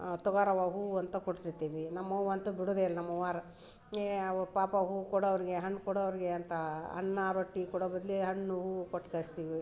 ತಗೊರವ್ವ ಹೂ ಅಂತ ಕೊಡ್ತಿರ್ತೀವಿ ನಮ್ಮ ಅವ್ವ ಅಂತೂ ಬಿಡೋದೇ ಇಲ್ಲ ನಮ್ಮ ಅವ್ವಾರು ಏ ಆವಾ ಪಾಪ ಹೂ ಕೊಡು ಅವ್ರಿಗೆ ಹಣ್ಣು ಕೊಡು ಅವ್ರಿಗೆ ಅಂತ ಅನ್ನ ರೊಟ್ಟಿ ಕೊಡೊ ಬದ್ಲು ಹಣ್ಣು ಹೂ ಕೊಟ್ಟು ಕಳಿಸ್ತೀವಿ